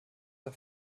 sah